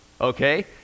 Okay